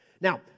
Now